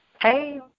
Hey